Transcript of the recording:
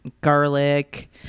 garlic